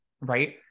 Right